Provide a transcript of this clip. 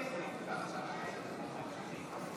הסתייגות 698 לא נתקבלה.